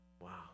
Wow